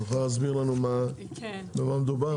את יכולה להסביר לנו במה מדובר?